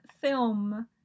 film